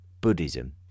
Buddhism